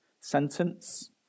Sentence